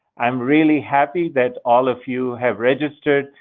i'm really happy that all of you have registered,